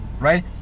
right